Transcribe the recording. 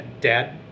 Dad